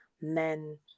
men